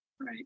Right